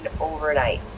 overnight